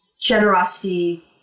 generosity